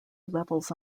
levels